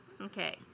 Okay